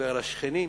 על השכנים,